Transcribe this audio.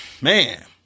Man